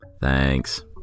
Thanks